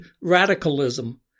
radicalism